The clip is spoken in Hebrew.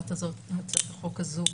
הצעת החוק הזו,